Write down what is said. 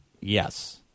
Yes